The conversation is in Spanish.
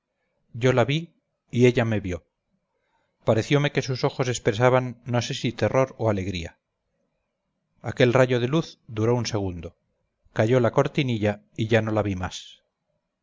yo la vi y ellame vio pareciome que sus ojos expresaban no sé si terror o alegría aquel rayo de luz duró un segundo cayó la cortinilla y ya no la vi más